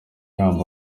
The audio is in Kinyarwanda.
ikamba